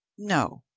no,